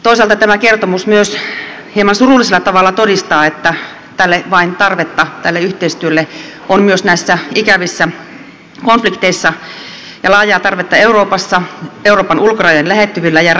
toisaalta tämä kertomus myös hieman surullisella tavalla todistaa että tälle yhteistyölle on tarvetta myös näissä ikävissä konflikteissa ja sille on laajaa tarvetta euroopassa euroopan ulkorajojen lähettyvillä ja rajojen ulkopuolella